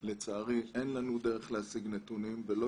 לצערי אין לנו דרך להשיג נתונים ולא